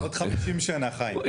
בעוד 50 שנה חיים.